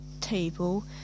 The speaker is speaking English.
table